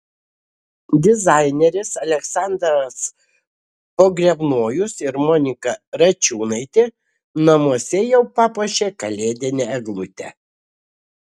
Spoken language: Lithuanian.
dizaineris aleksandras pogrebnojus ir monika račiūnaitė namuose jau papuošė kalėdinę eglutę